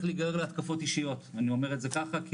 להיגרר להתקפות אישיות אני אומר את זה ככה,